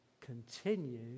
continue